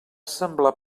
semblar